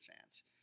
fans